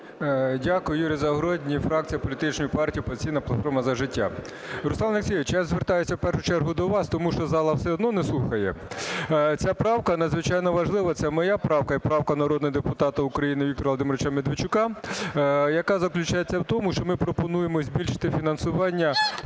Дякую. Юрій Загородній, фракція політичної партії "Опозиційна платформа - За життя". Руслан Олексійович, я звертаюся в першу чергу до вас, тому що зала все одно не слухає. Ця правка надзвичайно важлива, це моя правка і правка народного депутата України Віктора Володимировича Медведчука, яка заключається в тому, що ми пропонуємо збільшити фінансування